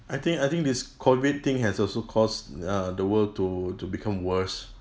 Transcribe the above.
I think I think this COVID thing has also cause uh the world to to become worse